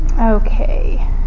Okay